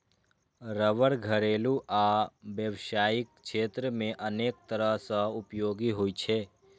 रबड़ घरेलू आ व्यावसायिक क्षेत्र मे अनेक तरह सं उपयोगी होइ छै